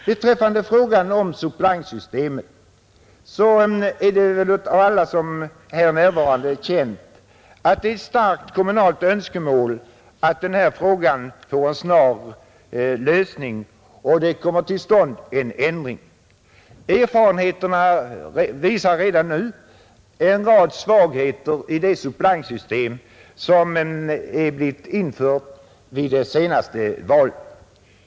Beträffande frågan om suppleantsystemet är det väl av alla här närvarande känt, att det är ett starkt kommunalt önskemål att denna fråga får en snar lösning och att en ändring kommer till stånd. Erfarenheterna visar redan nu en rad svagheter i det suppleantsystem som infördes vid det senaste valet.